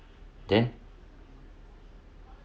then